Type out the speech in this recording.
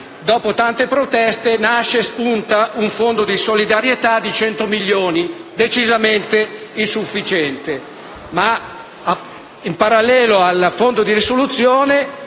Dopo tante proteste, spunta un fondo di solidarietà di 100 milioni, decisamente insufficiente. In parallelo al fondo di risoluzione,